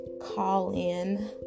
call-in